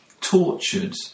tortured